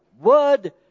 Word